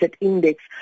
index